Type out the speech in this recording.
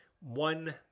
one